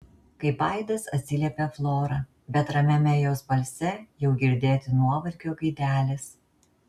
kaip aidas atsiliepia flora bet ramiame jos balse jau girdėti nuovargio gaidelės